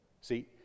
See